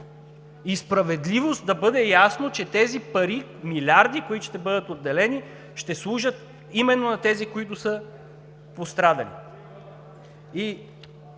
и справедливо да бъде ясно, че тези пари – милиарди, които ще бъдат отделени, ще служат именно на тези, които са пострадали.